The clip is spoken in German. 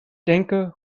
denke